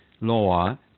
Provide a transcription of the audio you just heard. lower